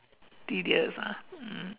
tedious ah mm